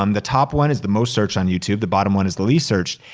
um the top one is the most searched on youtube, the bottom one is the least searched.